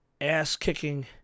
ass-kicking